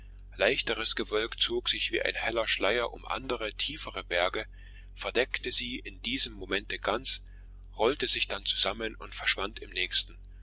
leichteres gewölk zog sich wie ein heller schleier um andere tiefere berge verdeckte sie in diesem momente ganz rollte sich dann zusammen und verschwand im nächsten